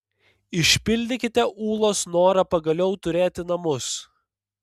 išpildykite ūlos norą pagaliau turėti namus